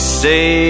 say